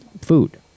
food